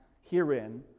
herein